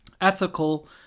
ethical